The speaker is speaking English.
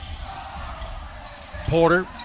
Porter